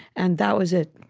and that was it.